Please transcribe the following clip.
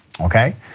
okay